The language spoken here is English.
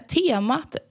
temat